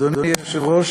אדוני היושב-ראש,